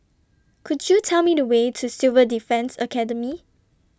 Could YOU Tell Me The Way to Civil Defence Academy